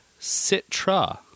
citra